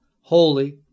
holy